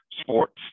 sports